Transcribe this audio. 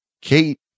Kate